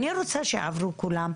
אני רוצה שכולן יעברו,